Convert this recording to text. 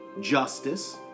Justice